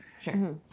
sure